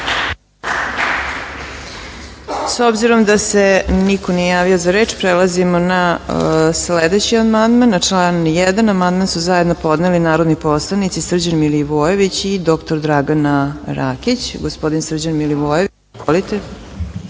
S obzirom da se niko nije javio za reč, prelazimo na sledeći amandman. Na član 1. amandman su zajedno podneli narodni poslanici Srđan Milivojević i dr Dragana Rakić. Gospodin Srđan Milivojević ima